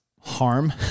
harm